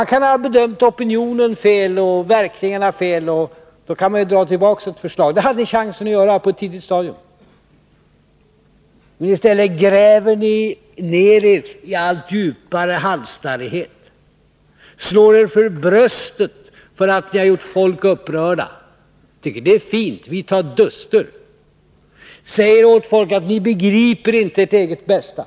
Ni kan ha bedömt opinionen och verkningarna fel. Men då kan man dra tillbaka ett förslag. Det hade ni chansen att göra på ett tidigt stadium. Men i stället gräver ni ned er i en allt djupare halsstarrighet, slår er för bröstet för att ni gjort människor upprörda. Ni tycker att det är fint: ”Vi tar duster.” Ni säger till folk: Ni begriper inte ert eget bästa.